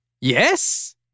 Yes